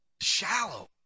shallow